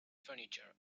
furniture